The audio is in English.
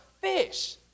fish